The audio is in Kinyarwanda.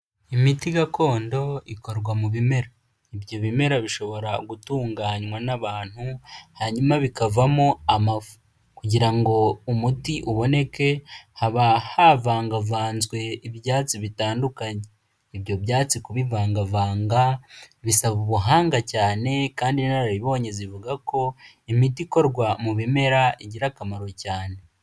Imiti gakondo ikorwa mu bimera, ibyo bimera bishobora gutunganywa n'abantu hanyuma bikavamo amafu, kugira ngo umuti uboneke haba havangavanzwe ibyatsi bitandukanye, ibyo byatsi kubivangavanga bisaba ubuhanga cyane kandi inararibonye zivuga ko imiti ikorwa mu bimera igira akamaro cyane.